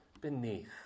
beneath